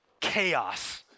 chaos